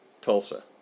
Tulsa